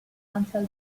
until